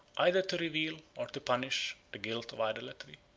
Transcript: either to reveal, or to punish, the guilt of idolatry.